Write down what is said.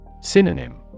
Synonym